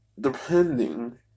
Depending